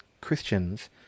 Christians